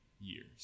years